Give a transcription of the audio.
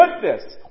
goodness